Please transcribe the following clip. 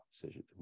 decision